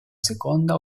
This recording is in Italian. seconda